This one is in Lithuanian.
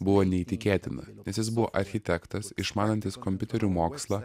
buvo neįtikėtina nes jis buvo architektas išmanantis kompiuterių mokslą